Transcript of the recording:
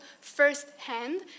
firsthand